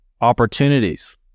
opportunities